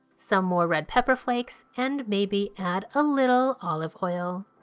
some more red pepper flakes, and maybe add a little olive oil.